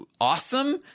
awesome